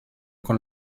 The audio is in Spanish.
con